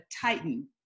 Titan